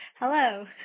Hello